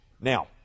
Now